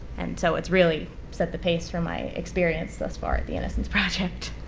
and so it's really set the pace for my experience thus far at the innocence project.